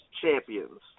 champions